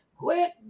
Quit